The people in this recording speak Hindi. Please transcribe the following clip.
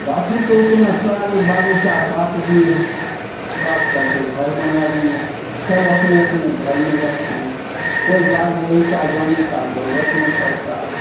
गाछी तो उतना सारी बागीचा काट दिए हैं काटकर के घर बना दिए हैं सब अपने अपने घर में रहते हैं कोई बाग बागीचा जाने का ज़रूरत नहीं पड़ता है